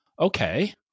Okay